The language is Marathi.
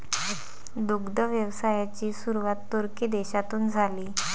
दुग्ध व्यवसायाची सुरुवात तुर्की देशातून झाली